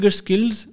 skills